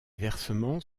versements